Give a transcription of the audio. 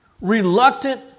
Reluctant